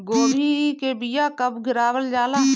गोभी के बीया कब गिरावल जाला?